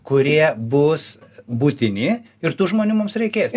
kurie bus būtini ir tų žmonių mums reikės